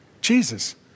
Jesus